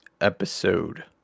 episode